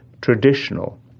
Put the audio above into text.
traditional